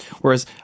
Whereas